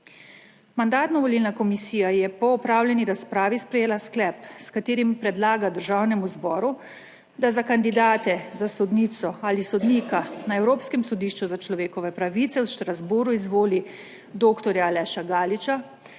Mandatno-volilna komisija je po opravljeni razpravi sprejela sklep, s katerim predlaga Državnemu zboru, da za kandidate za sodnico ali sodnika na Evropskem sodišču za človekove pravice v Strasbourgu izvoli dr. Aleša Galiča,